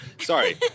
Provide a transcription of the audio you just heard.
sorry